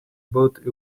bought